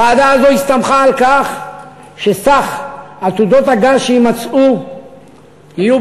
הוועדה הזאת הסתמכה על כך שסך עתודות הגז שיימצאו יהיה